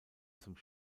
zum